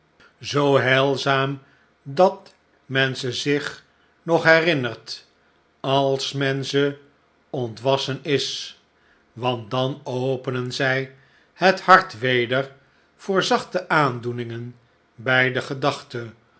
zooheilzaam dat men ze zich nog herinnert als men ze ontwassen is want dan openen zij het hart weder voor zachte aandoeningen bij de gedachte